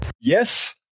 Yes